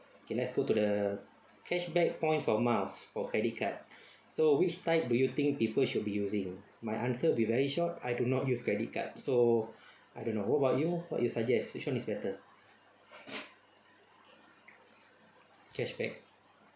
okay let's go to the cash back point for miles for credit card so which type do you think people should be using my answer will be very short I do not use credit card so I don't know what about you what you suggest which one is better cash back